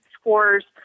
scores